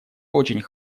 очень